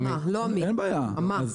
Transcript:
לא מי, מה.